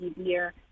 easier